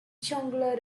ciągle